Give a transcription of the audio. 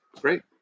great